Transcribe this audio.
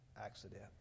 accident